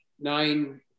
nine